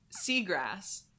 seagrass